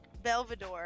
Belvedere